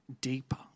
deeper